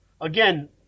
Again